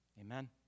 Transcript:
Amen